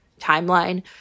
timeline